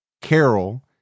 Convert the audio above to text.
Carol